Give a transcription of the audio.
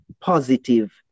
positive